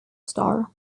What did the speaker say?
star